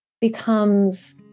becomes